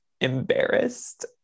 embarrassed